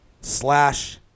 slash